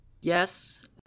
Yes